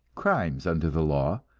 crimes under the law,